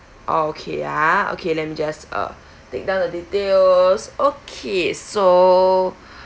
oh okay ah okay let me just uh take down the details okay so